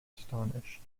astonished